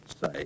say